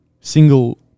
single